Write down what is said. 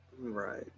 Right